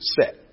set